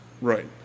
Right